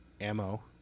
ammo